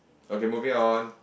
okay moving on